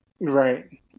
Right